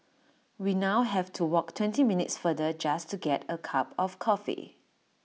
we now have to walk twenty minutes farther just to get A cup of coffee